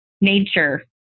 nature